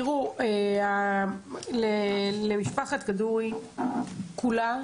תיראו, למשפחת כדורי כולה